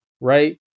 right